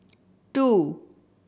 two